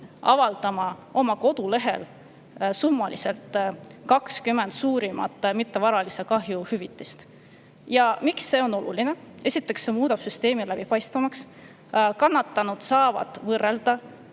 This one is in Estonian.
avaldada oma kodulehel summaliselt 20 suurimat mittevaralise kahju hüvitist. Miks see on oluline? See muudab süsteemi läbipaistvamaks. Kannatanud saavad võrrelda,